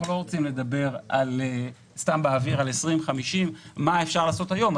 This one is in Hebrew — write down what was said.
אנחנו לא רוצים לדבר סתם באוויר על 2050. דוגמה